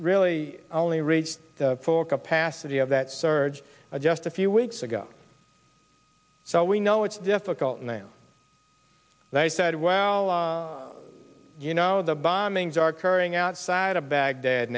really only reached the full capacity of that surge just a few weeks ago so we know it's difficult now they said well you know the bombings are currying outside of baghdad